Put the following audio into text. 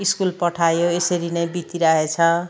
school पठायो यसरी नै बितिरहेछ